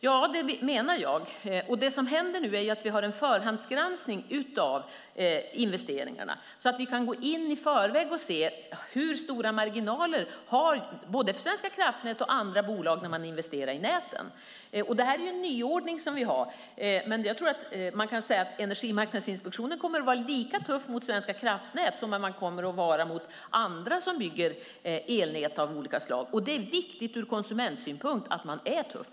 Ja, det menar jag. Det som händer nu är att vi har en förhandsgranskning av investeringarna. Vi kan gå in i förväg och se hur stora marginaler som både Svenska kraftnät och andra bolag har när de investerar i näten. Det är en nyordning som vi har, men jag tror att vi kan säga att Energimarknadsinspektionen kommer att vara lika tuff mot Svenska kraftnät som man kommer att vara mot andra som bygger elnät av olika slag. Det är viktigt ur konsumentsynpunkt att man är tuff.